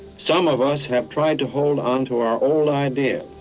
some of us have tried to hold on to our old ideas,